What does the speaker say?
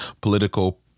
Political